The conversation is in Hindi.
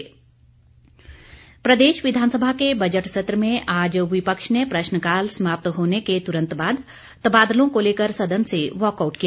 वॉ कआउट प्रदेश विधानसभा के बजट सत्र में आज विपक्ष ने प्रश्रकाल समाप्त होने के तुरंत बाद तबादलों को लेकर सदन से वाकआऊट किया